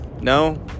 no